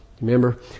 remember